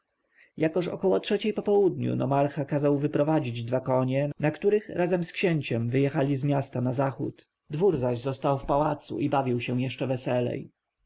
jakoż około trzeciej po południu nomarcha kazał wyprowadzić dwa konie na których razem z księciem wyjechali z miasta na zachód dwór zaś został w pałacu i bawił się jeszcze weselej